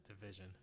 division